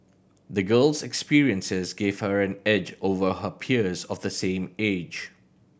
the girl's experiences give her an edge over her peers of the same age